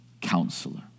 Counselor